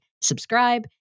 subscribe